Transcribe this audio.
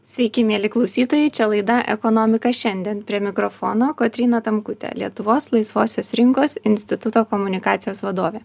sveiki mieli klausytojai čia laida ekonomika šiandien prie mikrofono kotryna tamkutė lietuvos laisvosios rinkos instituto komunikacijos vadovė